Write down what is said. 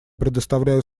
предоставляю